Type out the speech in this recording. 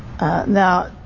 Now